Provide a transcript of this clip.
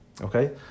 Okay